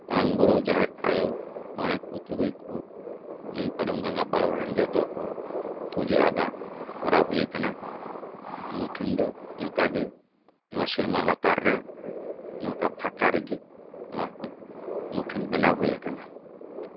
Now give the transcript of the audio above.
ᱢᱟᱨᱟᱝᱵᱩᱨᱩ ᱡᱟᱦᱮᱨ ᱟᱭᱩ ᱢᱚᱬᱮ ᱠᱚ ᱛᱩᱨᱩᱭ ᱠᱚ ᱱᱟᱹᱭ ᱯᱟᱨᱚᱢ ᱜᱟᱰᱟ ᱯᱟᱨᱚᱢ ᱨᱮᱱ ᱡᱚᱛᱚ ᱠᱚ ᱯᱩᱡᱟᱹ ᱟᱜᱟ ᱠᱚᱨᱟᱣ ᱦᱩᱭ ᱠᱟᱱᱟ ᱢᱩᱴᱷᱟᱹᱱ ᱫᱚ ᱱᱚᱝᱠᱟ ᱜᱮ ᱱᱚᱣᱟ ᱥᱮᱨᱢᱟ ᱞᱟᱛᱟᱨ ᱨᱮ ᱱᱚᱝᱠᱟ ᱯᱷᱟᱸᱠᱟ ᱨᱮᱜᱮ ᱱᱚᱣᱟ ᱠᱚ ᱢᱩᱴᱷᱟᱹᱱ ᱵᱮᱱᱟᱣ ᱦᱩᱭ ᱠᱟᱱᱟ